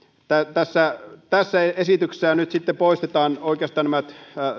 tässä tässä esityksessä nyt sitten poistetaan oikeastaan